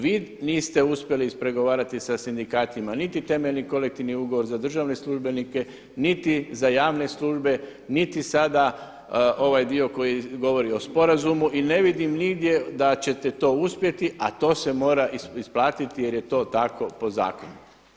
Vi niste uspjeli ispregovarati sa sindikatima niti temeljni kolektivni ugovor za državne službenike niti za javne službe niti sada ovaj dio koji govori o sporazumu i ne vidim nigdje da ćete to uspjeti, a to se mora isplatiti jer je to tako po zakonu.